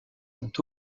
sont